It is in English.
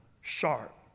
Sharp